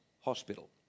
hospital